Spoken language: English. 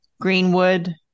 Greenwood